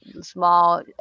small